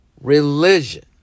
Religion